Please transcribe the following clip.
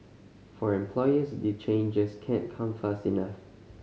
for employers the changes can't come fast enough